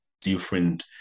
different